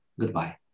goodbye